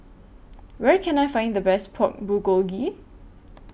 Where Can I Find The Best Pork Bulgogi